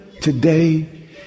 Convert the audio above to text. today